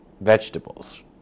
vegetables